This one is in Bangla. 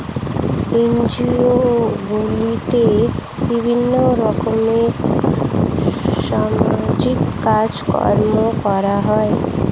এনজিও গুলোতে বিভিন্ন রকমের সামাজিক কাজকর্ম করা হয়